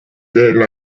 elle